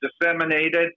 disseminated